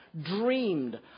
dreamed